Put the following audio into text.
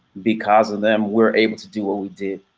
because of them were able to do what we did.